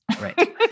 Right